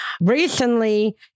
Recently